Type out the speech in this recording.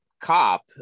cop